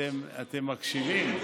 אתם מקשיבים?